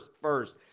first